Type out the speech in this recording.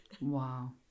Wow